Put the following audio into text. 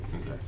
Okay